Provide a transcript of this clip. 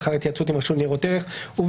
לאחר התייעצות עם רשות ניירות ערך ובאישור,